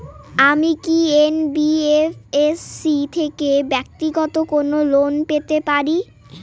আমি কি এন.বি.এফ.এস.সি থেকে ব্যাক্তিগত কোনো লোন পেতে পারি?